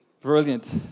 Brilliant